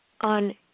on